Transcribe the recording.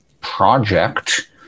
project